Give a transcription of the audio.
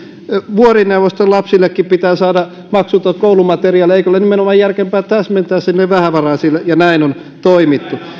vuorineuvostenkin lapsille pitää saada maksuton koulumateriaali eikö ole nimenomaan järkevämpää täsmentää sinne vähävaraisille ja näin on toimittu